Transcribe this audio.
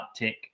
uptick